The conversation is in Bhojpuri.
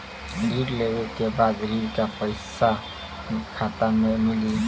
ऋण लेवे के बाद ऋण का पैसा खाता में मिली?